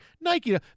Nike